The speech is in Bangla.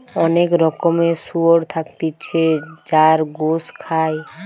অনেক রকমের শুয়োর থাকতিছে যার গোস খায়